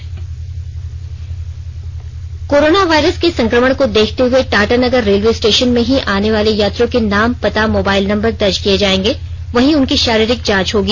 समीक्षा corona virus के संक्रमण को देखते हुए टाटानगर रेलवे स्टेशन में ही आने वाले यात्रियों के नाम पता मोबाइल नंबर दर्ज किए जाएंगे वहीं उनकी शारीरिक जांच होगी